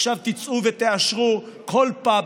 ועכשיו תצאו ותאשרו כל פאב,